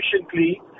efficiently